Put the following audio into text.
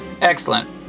excellent